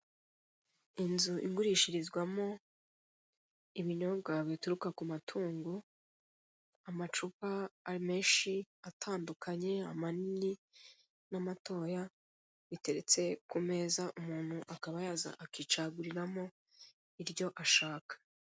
Inzu igurishirizwamo ibinyobwa bituruka ku matungo, amacupa amenshi agiye atandukanye, amanini n'amatoya, biteretse ku meza umuntu akaba yaza akicaguriramo iryo ashaka.